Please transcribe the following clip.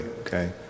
okay